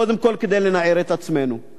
קודם כול כדי לנער את עצמנו,